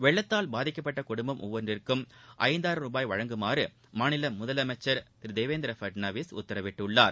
வெள்ளத்தால் பாதிக்கப்பட்ட குடும்பம் ஒவ்வொன்றிற்கும் ஐந்தாயிரம் ரூபாய் வழங்கும்படி மாநில முதலமைச்சர் திரு தேவேந்திர பட்நாவிஸ் உத்தரவிட்டுள்ளார்